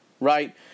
right